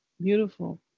beautiful